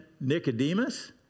Nicodemus